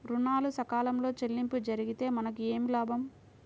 ఋణాలు సకాలంలో చెల్లింపు జరిగితే మనకు ఏమి లాభం?